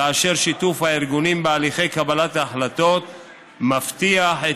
ושיתוף הארגונים בהליכי קבלת ההחלטות מבטיח את